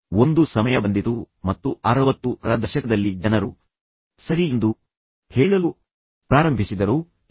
ತದನಂತರ ಒಂದು ಸಮಯ ಬಂದಿತು ಮತ್ತು 60ರ ದಶಕದಲ್ಲಿ ಜನರು ಸರಿ ಎಂದು ಹೇಳಲು ಪ್ರಾರಂಭಿಸಿದರು ಇಲ್ಲ